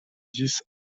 dix